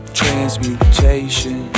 transmutation